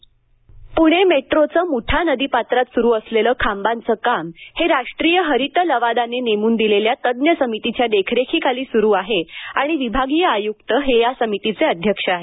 प्णे मेट्रोचं मुठा नदीपात्रात सुरू असलेलं खांबांचं काम हे राष्ट्रीय हरित लवादाने नेमून दिलेल्या तज्ज्ञ समितीच्या देखरेखीखाली सुरू आहे आणि विभागीय आयुक्त हे या समितीचे अध्यक्ष आहेत